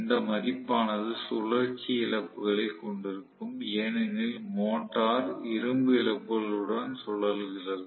இந்த மதிப்பானது சுழற்சி இழப்புகளைக் கொண்டிருக்கும் ஏனெனில் மோட்டார் இரும்பு இழப்புகளுடன் சுழல்கிறது